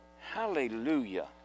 Hallelujah